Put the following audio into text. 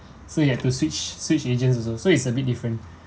so you have to switch switch agents also so is a bit different